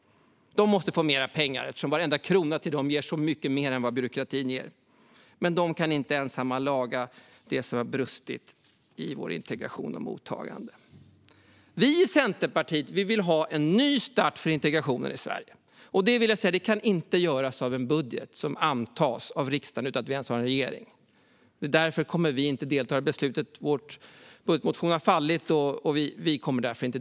De måste få mer pengar eftersom varenda krona till dem ger så mycket mer än vad byråkratin ger. Men de kan inte ensamma laga det som har brustit i vår integration och vårt mottagande. Vi i Centerpartiet vill ha en ny start för integrationen i Sverige. Och det kan inte göras med en budget som antas av riksdagen utan att vi ens har en regering. Därför kommer vi inte att delta i beslutet; vår budgetmotion har fallit.